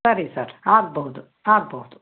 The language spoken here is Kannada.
ಸರಿ ಸರ್ ಆಗಬಹುದು ಆಗಬಹುದು